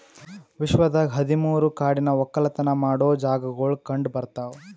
ವಿಶ್ವದಾಗ್ ಹದಿ ಮೂರು ಕಾಡಿನ ಒಕ್ಕಲತನ ಮಾಡೋ ಜಾಗಾಗೊಳ್ ಕಂಡ ಬರ್ತಾವ್